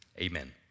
amen